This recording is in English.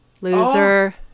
loser